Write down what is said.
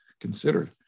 considered